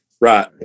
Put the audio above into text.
right